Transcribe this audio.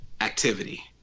activity